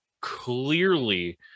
clearly